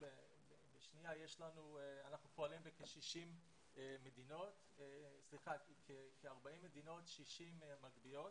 אנחנו פועלים בכ-40 מדינות, 60 מגביות,